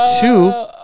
Two